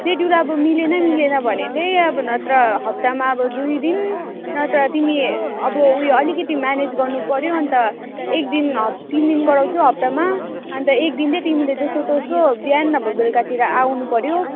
schedule अब मिलेन मिलेन भने चाहिँ अब नत्र हप्तामा अब दुईदिन नत्र तिमी अब उयो अलिकति म्यानेज गर्नुपऱ्यो अन्त एक दिन ह तिन दिन गराउँछु हप्तामा अन्त एक दिन चाहिँ तिमीले जसोतसो बिहान नभए बेलुकातिर आउनुपऱ्यो